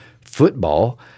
football